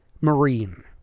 marine